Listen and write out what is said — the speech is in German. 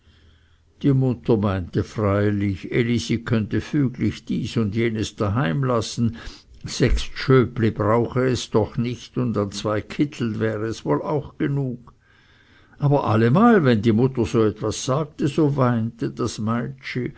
die mutter meinte freilich elisi könnte füglich dies und jenes daheim lassen sechs tschöpli brauche es doch nicht und an zwei kitteln wäre es wohl auch genug aber allemal wenn die mutter so etwas sagte so weinte das